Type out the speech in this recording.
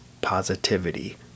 positivity